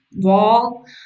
wall